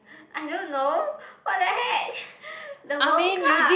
I don't know what-the-heck the World-Cup